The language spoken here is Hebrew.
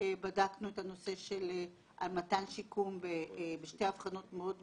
בדקנו את הנושא של מתן שיקום בשתי אבחנות מאוד משמעותיות,